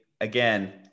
again